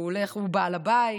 שהוא בעל הבית,